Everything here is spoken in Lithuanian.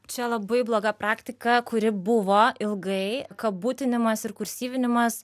čia labai bloga praktika kuri buvo ilgai kabutinimas ir kursyvinimas